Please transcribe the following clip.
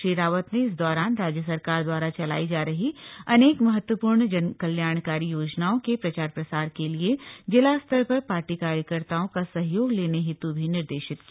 श्री रावत ने इस दौरान राज्य सरकार द्वारा चलायी जा रही अनेक महत्वपूर्ण जनकल्याणकारी योजनाओं के प्रचार प्रसार के लिए जिला स्तर पर पार्टी कार्यकर्ताओं का सहयोग लेने हेतु भी निर्देशित किया